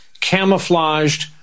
camouflaged